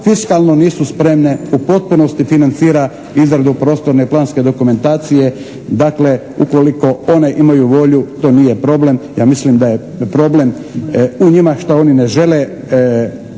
fiskalno nisu spremne u potpunosti financira izradu prostorne i planske dokumentacije. Dakle, ukoliko one imaju volju to nije problem. Ja mislim da je problem u njima što oni ne žele